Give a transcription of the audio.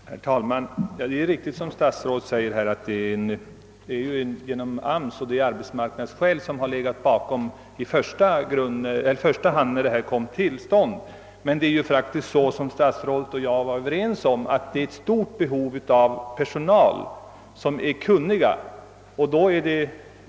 Herr talman! Det är riktigt som statsrådet Moberg säger att det är av AMS anförda arbetsmarknadsskäl som i första hand legat bakom kursen i Östersund. Herr statsrådet och jag är också överens om att det föreligger ett stort behov av personer, kunniga i miljövårdsfrägor.